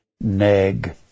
neg